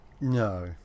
No